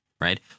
right